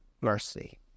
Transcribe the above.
mercy